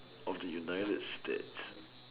of the United states